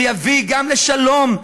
ויביא גם לשלום,